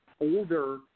older